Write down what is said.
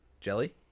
jelly